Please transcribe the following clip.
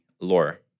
lore